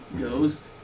Ghost